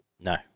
No